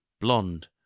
blonde